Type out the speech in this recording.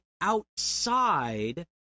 outside